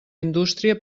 indústria